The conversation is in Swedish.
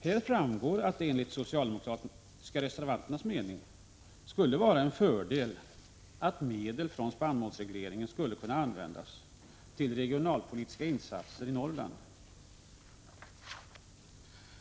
Här framgår att det enligt de SJ socialdemokratiska reservanternas mening skulle vara en fördel om medel från spannmålsregleringen kunde användas till regionalpolitiska insatser i Norrland.